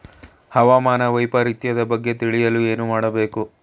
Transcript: ಹವಾಮಾನ ವೈಪರಿತ್ಯದ ಬಗ್ಗೆ ತಿಳಿಯಲು ಏನು ಮಾಡಬೇಕು?